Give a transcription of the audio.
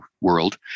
world